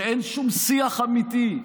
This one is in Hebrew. אין שום שיח אמיתי,